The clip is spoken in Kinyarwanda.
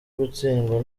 gutsindwa